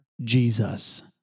Jesus